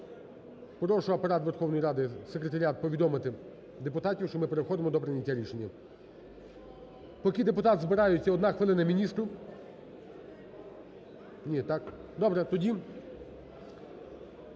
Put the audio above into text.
Прошу Апарат Верховної Ради, секретаріат повідомити депутатів, що ми переходимо до прийняття рішення. Поки депутати збираються, одна хвилина міністру. Ні? Так. Добре. Тоді,